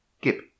Gip